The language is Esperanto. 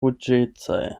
ruĝecaj